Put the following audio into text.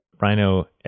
Rhino